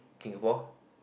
Singapore